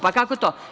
Pa, kako to?